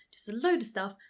just a load of stuff,